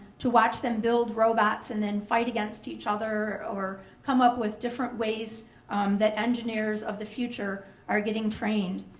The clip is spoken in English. to watch them build robots and then fight against each other or come up with different ways that engineers of the future are getting trained.